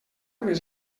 més